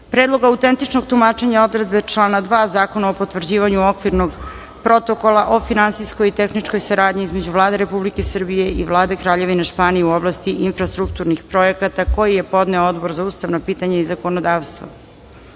Predlog autentičnog tumačenja odredbe člana 2. Zakona o potvrđivanju Okvirnog protokola o finansijskoj i tehničkoj saradnji između Vlade Republike Srbije i Vlade Kraljevine Španije u oblasti infrastrukturnih projekata, koji je podneo Odbor za ustavna pitanja i zakonodavstvo;31.